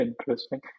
interesting